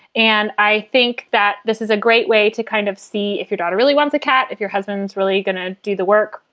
and i think that this is a great way to kind of see if your daughter really wants a cat. if your husband's really going to do the work,